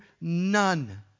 None